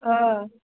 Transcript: آ